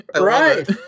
Right